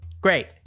Great